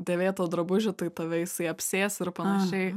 dėvėtą drabužį tai tave jisai apsės ir panašiai